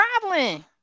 traveling